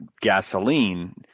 gasoline